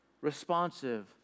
responsive